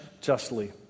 justly